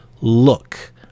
look